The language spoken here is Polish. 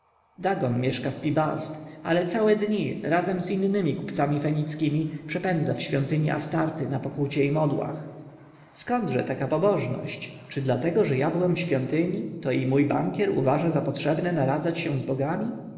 dagon mieszka w pi-bast ale całe dni razem z innymi kupcami fenickimi przepędza w świątyni astarty na pokucie i modłach skądże taka pobożność czy dlatego że ja byłem w świątyni to i mój bankier uważa za potrzebne naradzać się z bogami